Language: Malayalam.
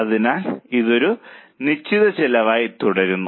അതിനാൽ ഇത് ഒരു നിശ്ചിത ചെലവായി തുടരുന്നു